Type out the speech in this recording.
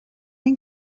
این